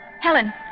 Helen